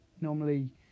normally